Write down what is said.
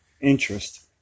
interest